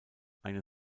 eine